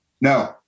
no